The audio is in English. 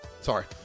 sorry